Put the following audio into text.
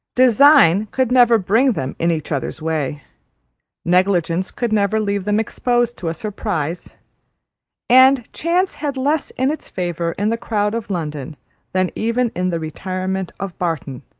design could never bring them in each other's way negligence could never leave them exposed to a surprise and chance had less in its favour in the crowd of london than even in the retirement of barton,